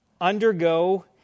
undergo